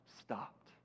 stopped